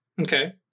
Okay